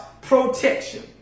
protection